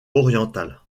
orientale